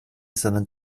sondern